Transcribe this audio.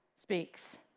speaks